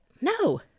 No